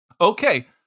Okay